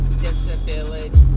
disability